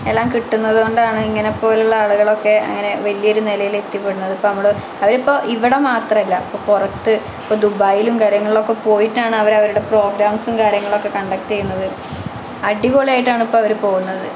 എല്ലാം കിട്ടുന്നത് കൊണ്ടാണ് ഇങ്ങനെപ്പോലെയുള്ള ആളുകളൊക്കെ അങ്ങനെ വലിയൊരു നിലയിലെത്തിപ്പെടുന്നത് ഇപ്പോൾ നമ്മൾ അവരിപ്പോൾ ഇവിടെ മാത്രമല്ല ഇപ്പോൾ പുറത്ത് ഇപ്പോൾ ദുബായിയിലും കാര്യങ്ങളിലൊക്കെ പോയിട്ടാണ് അവർ അവരുടെ പ്രോഗ്രാംസും കാര്യങ്ങളൊക്കെ കണ്ടക്റ്റ് ചെയ്യുന്നത് അടിപൊളിയായിട്ടാണിപ്പം അവർ പോകുന്നത്